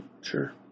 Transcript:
Sure